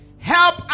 help